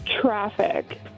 Traffic